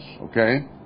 okay